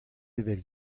evel